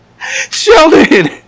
Sheldon